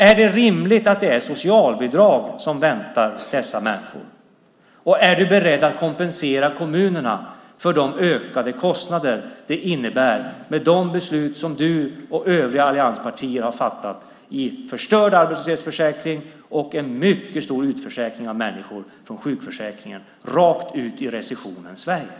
Är det rimligt att det är socialbidrag som väntar dessa människor? Och är du beredd att kompensera kommunerna för de ökade kostnader det innebär med de beslut som du och övriga allianspartier har fattat om förstörd arbetslöshetsförsäkring och en mycket stor utförsäkring av människor från sjukförsäkringen rakt ut i recessionens Sverige?